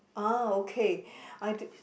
ah okay I d~